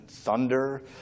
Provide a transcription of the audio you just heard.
thunder